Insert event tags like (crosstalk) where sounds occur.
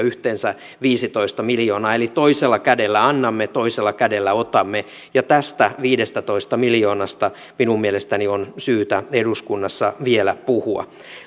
(unintelligible) yhteensä viisitoista miljoonaa eli toisella kädellä annamme toisella kädellä otamme ja tästä viidestätoista miljoonasta minun mielestäni on syytä eduskunnassa vielä puhua